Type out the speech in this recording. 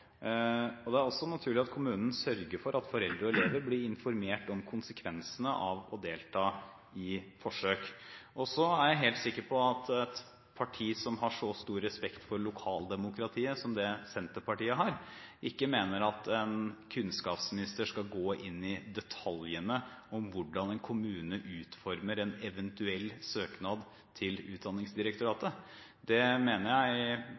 og på kommunenivå. Det er også naturlig at kommunen sørger for at foreldre og elever blir informert om konsekvensene av å delta i forsøk. Så er jeg helt sikker på at et parti som har så stor respekt for lokaldemokratiet som det Senterpartiet har, ikke mener at en kunnskapsminister skal gå inn i detaljene om hvordan en kommune utformer en eventuell søknad til Utdanningsdirektoratet. Det mener jeg, i